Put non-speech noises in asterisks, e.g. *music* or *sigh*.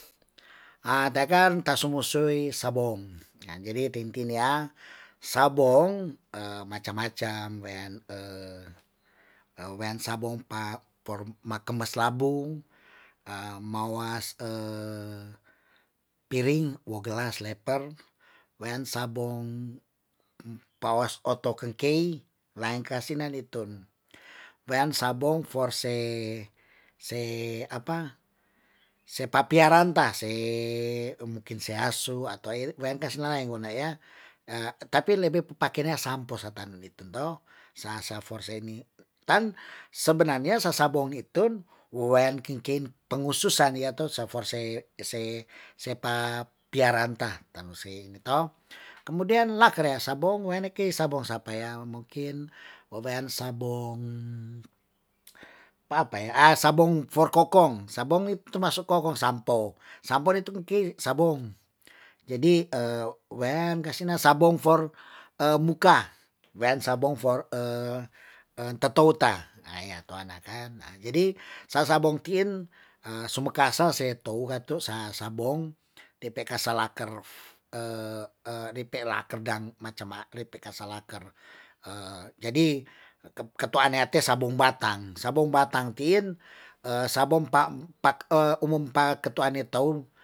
Takan, ta somo sewi sabong, jadi tintin ya, sabong macam- macam, wean *hesitation* wean sabong pa for ma kemas labung, mawas *hesitation* piring, gelas, leper. Wean sabong pawas otoken kei, laen kasinan itun wean sabong for se se apa, se papia ranta, se mungkin seasu, atau wean kasina laeng ona ya', tapi lebe pe pake na sampo se tan itu toh, sa sa for se ni tan, sebenarnya sa sabong itu wean kenkei pengkhususan ya toh, sa for se se ta piaranta, kemudian laker ya sabong, weane kei sabong sapa yang mungkin, wewean sabong, pa apa ya, sabong for kokong, sabong itu termasuk kokong, sampo, sampo nitu me ki sabong, jadi wean kasina sabong for muka, wean sabong for *hesitation* totouta, ya tuana kan, jadi sa sabong tin sumekasa, se tou katu sa sabong depe kasa laker, *hesitation* (a) jadi depe laker dang, macem- ma, depe kasa laker, *hesitation* jadi, ke tuane te ya sabung batang, sabong batang tin *hesitation* sabong pa'- pak- pak umum- pa ke tuane toun